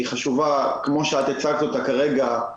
היא חשובה, כפי שאת הצגת, גם בשגרה,